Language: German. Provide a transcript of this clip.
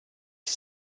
sie